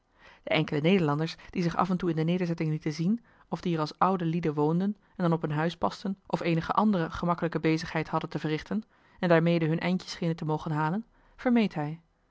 de enkele nederlanders die zich af en toe in de nederzetting lieten zien of die er als oude lieden woonden en dan op een huis pasten of eenige andere gemakkelijke bezigheid hadden te verrichten en daarjoh h been paddeltje de scheepsjongen van michiel de ruijter mede hun eindje schenen te mogen halen vermeed hij